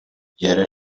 yerel